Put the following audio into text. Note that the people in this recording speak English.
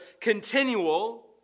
continual